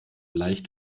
leicht